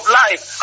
life